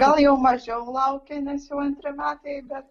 gal jau mažiau laukia nes jau antri metai bet